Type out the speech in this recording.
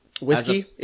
Whiskey